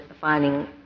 finding